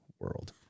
world